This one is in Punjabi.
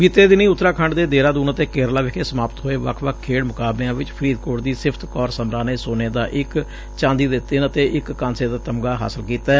ਬੀਤੇ ਦਿਨੀਂ ਉਤਰਾਖੰਡ ਦੇ ਦੇਹਰਾਦੁਨ ਅਤੇ ਕੇਰਲਾ ਵਿਖੇ ਸਮਾਪਤ ਹੋਏ ਵੱਖ ਵੱਖ ਖੇਡ ਮੁਕਾਬਲਿਆਂ ਵਿਚ ਫਰੀਦਕੋਟ ਦੀ ਸਿਫਤ ਕੋਰ ਸਮਰਾ ਨੇ ਸੋਨੇ ਦਾ ਇਕ ਚਾਂਦੀ ਦੇ ਤਿੰਨ ਅਤੇ ਇਕ ਕਾਂਸੇ ਦਾ ਤਮਗਾ ਹਾਸਲ ਕੀਤੈ